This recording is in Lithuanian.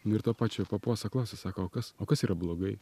nu ir to pačio papuaso klausia sako o kas o kas yra blogai